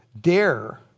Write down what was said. dare